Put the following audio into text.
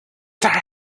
their